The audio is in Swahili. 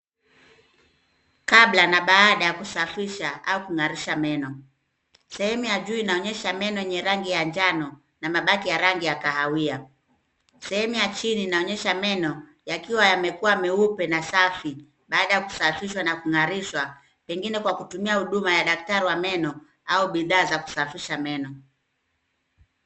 Kabla na baada ya kusafisha au kung'arisha meno. Sehemu ya juu inaonyesha meno yenye rangi ya njano na mabaki ya rangi ya kahawia. Sehemu ya chini inaonyesha meno yakiwa yamekuwa meupe na safi baada ya kusafishwa na kung'arishwa pengine kwa kutumia huduma ya daktari wa meno au bidhaa za kusafisha meno.